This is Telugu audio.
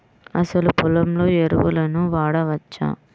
అసలు పొలంలో ఎరువులను వాడవచ్చా?